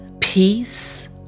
peace